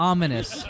Ominous